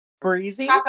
Breezy